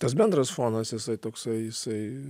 tas bendras fonas jisai toksai jisai